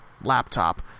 laptop